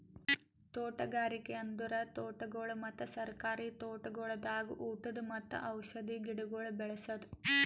ತೋಟಗಾರಿಕೆ ಅಂದುರ್ ತೋಟಗೊಳ್ ಮತ್ತ ಸರ್ಕಾರಿ ತೋಟಗೊಳ್ದಾಗ್ ಉಟದ್ ಮತ್ತ ಔಷಧಿ ಗಿಡಗೊಳ್ ಬೇಳಸದ್